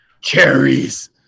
Cherries